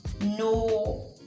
no